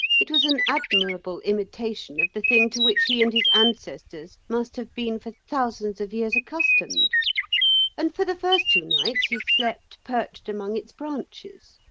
it was an admirable imitation of the thing to which he and his ancestors must have been for thousands of years accustomed and for the first two nights he slept perched among its branches.